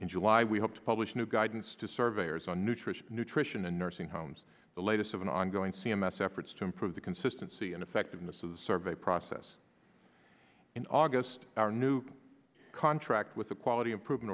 in july we hope to publish new guidance to surveyors on nutrition nutrition and nursing homes the latest of an ongoing c m s efforts to improve the consistency and effectiveness of the survey process in august our new contract with the quality of proven